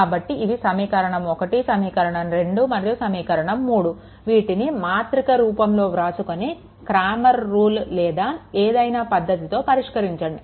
కాబట్టి ఇవి సమీకరణం 1 సమీకరణం 2 మరియు సమీకరణం 3 వీటిని మాత్రిక రూపంలో వ్రాసుకొని క్రామర్స్ రూల్cramar's rule లేదా ఏదైనా పద్ధతితో పరిష్కరించండి